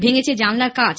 ভেঙেছে জানলার কাঁচ